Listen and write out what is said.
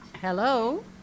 Hello